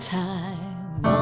time